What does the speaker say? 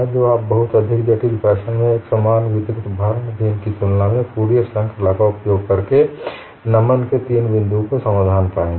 तो आप बहुत अधिक जटिल फैशन में एकसमान वितरित भारण बीम की तुलना में फूरियर श्रृंखला का उपयोग करके नमन के तीन बिंदुओं का समाधान पाएंगे